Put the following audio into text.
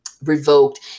Revoked